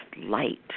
light